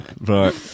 Right